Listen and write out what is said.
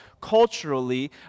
culturally